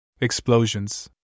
Explosions